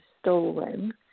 stolen